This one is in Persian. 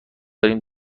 داریم